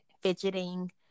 fidgeting